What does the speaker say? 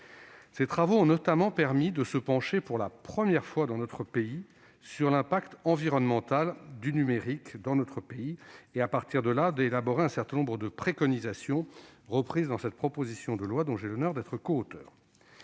Ses travaux ont notamment permis de se pencher, pour la première fois, sur l'impact environnemental du numérique en France et d'élaborer un certain nombre de préconisations, reprises dans cette proposition de loi dont j'ai l'honneur d'être coauteur.